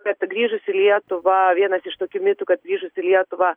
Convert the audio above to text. kad grįžus į lietuvą vienas iš tokių mitų kad grįžus į lietuvą